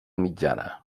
mitjana